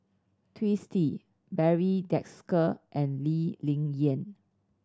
Twisstii Barry Desker and Lee Ling Yen